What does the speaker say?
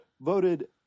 voted